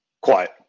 quiet